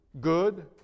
good